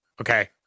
Okay